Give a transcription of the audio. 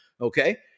Okay